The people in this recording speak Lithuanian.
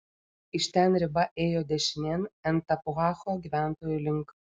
iš ten riba ėjo dešinėn en tapuacho gyventojų link